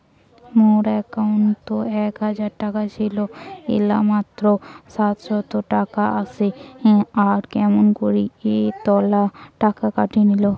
মোর একাউন্টত এক হাজার টাকা ছিল এলা মাত্র সাতশত টাকা আসে আর কেমন করি এতলা টাকা কাটি নিল?